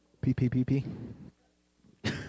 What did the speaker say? P-P-P-P